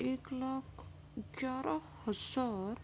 ایک لاکھ گیارہ ہزار